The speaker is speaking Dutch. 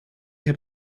heb